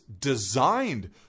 designed